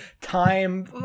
time